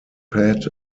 pad